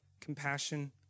compassion